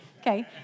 okay